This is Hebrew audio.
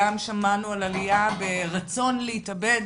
גם שמענו על עלייה ברצון להתאבד